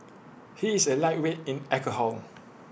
he is A lightweight in alcohol